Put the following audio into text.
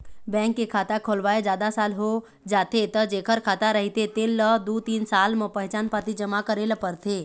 bank के खाता खोलवाए जादा साल हो जाथे त जेखर खाता रहिथे तेन ल दू तीन साल म पहचान पाती जमा करे ल परथे